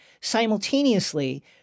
simultaneously